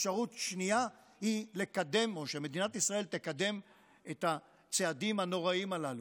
אפשרות שנייה היא שמדינת ישראל תקדם את הצעדים הנוראיים הללו.